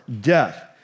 death